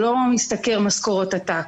שלא משתכר משכורות עתק.